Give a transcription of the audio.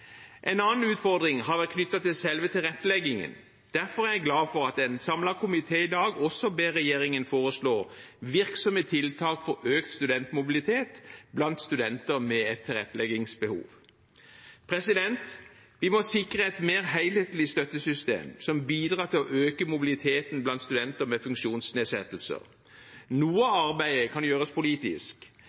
En annen utfordring har vært knyttet til selve tilretteleggingen. Derfor er jeg glad for at en samlet komité i dag også ber regjeringen foreslå virksomme tiltak for økt studentmobilitet blant studenter med tilretteleggingsbehov. Vi må sikre et mer helhetlig støttesystem som bidrar til å øke mobiliteten blant studenter med funksjonsnedsettelser. Noe av arbeidet kan gjøres politisk,